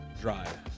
drive